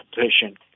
patient